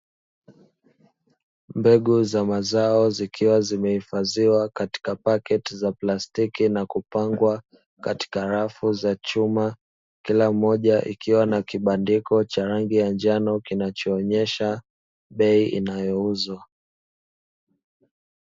Mbegu za mazao zikiwa zimehifadhiwa katika paketi za plastiki na kupangwa katika rafu za chuma, kila moja ikiwa na kibandiko cha rangi ya njano kinachoonyesha bei inayouzwa.